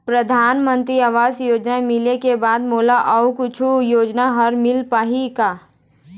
परधानमंतरी आवास योजना मिले के बाद मोला अऊ कुछू योजना हर मिल पाही का?